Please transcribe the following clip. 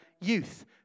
youth